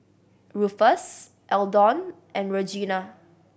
Rufus Eldon and Regina